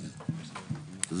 קיבל